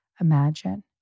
imagine